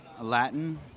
Latin